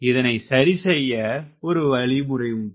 இதனை சரிசெய்ய ஒரு வழிமுறை உண்டு